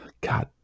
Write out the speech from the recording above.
God